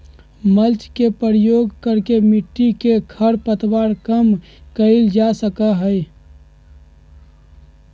mulch के प्रयोग करके मिट्टी में खर पतवार कम कइल जा सका हई